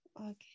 Okay